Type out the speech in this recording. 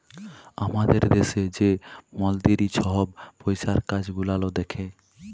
আমাদের দ্যাশে যে মলতিরি ছহব পইসার কাজ গুলাল দ্যাখে